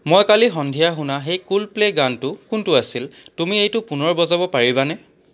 মই কালি সন্ধিয়া শুনা সেই কোল্ড প্লে গানটো কোনটো আছিল তুমি এইটো পুনৰ বজাব পাৰিবানে